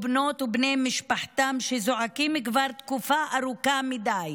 ובנות ובני משפחתם זועקים כבר תקופה ארוכה מדי